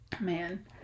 Man